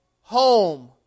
home